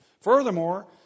Furthermore